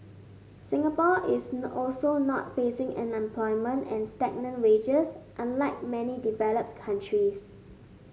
Singapore is also not facing unemployment and stagnant wages unlike many developed countries